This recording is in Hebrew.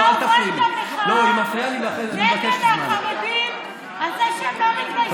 אתה הובלת מחאה נגד החרדים על זה שהם לא מתגייסים.